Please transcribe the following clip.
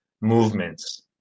movements